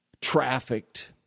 trafficked